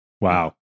Wow